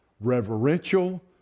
reverential